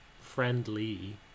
friendly